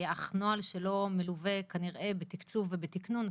אך נוהל שלא מלווה כנראה בתקצוב ובתכנון,